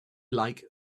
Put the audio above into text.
like